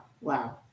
Wow